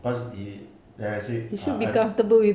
cause he then I say uh I